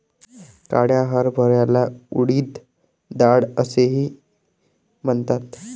काळ्या हरभऱ्याला उडीद डाळ असेही म्हणतात